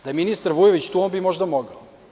Da je ministar Vujović tu, on bi možda mogao.